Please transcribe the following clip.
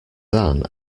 than